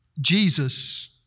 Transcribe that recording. Jesus